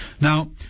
Now